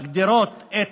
מגדירות את